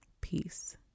peace